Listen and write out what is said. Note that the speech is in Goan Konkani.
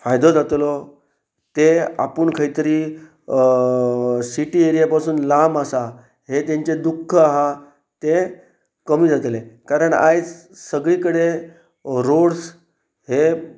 फायदो जातलो ते आपूण खंय तरी सिटी एरिया पासून लांब आसा हे तेंचें दुख्ख आसा ते कमी जातले कारण आयज सगळे कडेन रोड्स हे